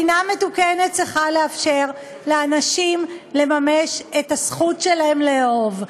מדינה מתוקנת צריכה לאפשר לאנשים לממש את הזכות שלהם לאהוב.